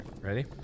ready